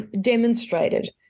demonstrated